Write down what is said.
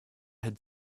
had